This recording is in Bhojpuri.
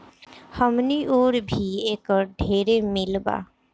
हमनी ओर भी एकर ढेरे मील बा